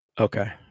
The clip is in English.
Okay